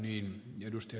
herra puhemies